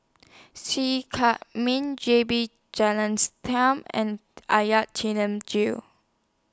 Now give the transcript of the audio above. See Chak Mun J B and Gill